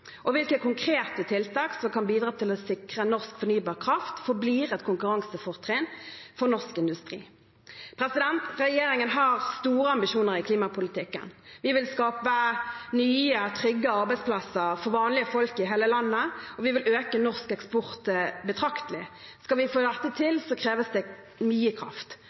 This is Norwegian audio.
og hvilke konkrete tiltak som kan bidra til å sikre at norsk fornybar kraft forblir et konkurransefortrinn for norsk industri. Regjeringen har store ambisjoner i klimapolitikken. Vi vil skape nye, trygge arbeidsplasser for vanlige folk i hele landet, og vi vil øke norsk eksport betraktelig. Skal vi få dette til, kreves det mye kraft.